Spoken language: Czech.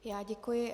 Já děkuji.